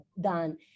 done